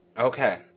Okay